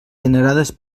generades